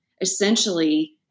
essentially